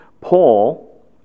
Paul